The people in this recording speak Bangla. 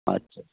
আচ্ছা